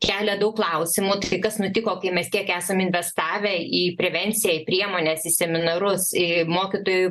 kelia daug klausimų tai kas nutiko kai mes tiek esam investavę į prevenciją į priemones į seminarus ir mokytojų